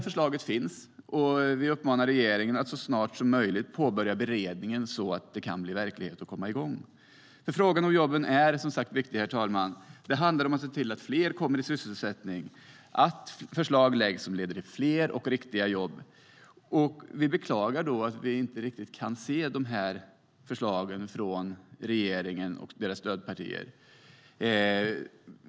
Förslaget finns, och vi uppmanar regeringen att så snart som möjligt påbörja beredningen så att det kan bli verklighet och komma igång.Frågan om jobben är som sagt viktig, herr talman. Det handlar om att se till att fler kommer i sysselsättning och om att lägga fram förslag som leder till fler och riktiga jobb. Vi beklagar att vi inte riktigt kan se de förslagen från regeringen och dess stödpartier.